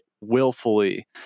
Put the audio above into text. willfully